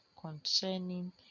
concerning